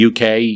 UK